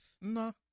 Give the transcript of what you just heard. No